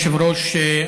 אדוני היושב-ראש,